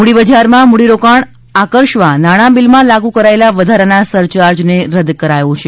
મૂડીબજારમાં મૂડીરોકાણ આકર્ષવા નાણાંબીલમાં લાગુ કરાયેલા વધારાના સરચાર્જને રદ કરાયો છે